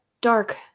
dark